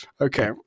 okay